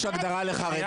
יש הגדרה לחרדים?